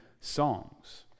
songs